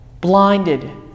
blinded